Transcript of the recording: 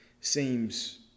seems